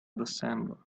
december